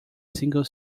single